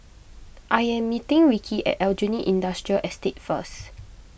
I am meeting Rikki at Aljunied Industrial Estate first